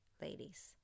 ladies